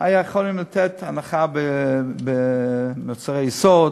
היו יכולים לתת הנחה במוצרי יסוד,